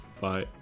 Bye